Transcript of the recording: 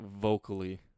vocally